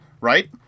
right